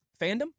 Fandom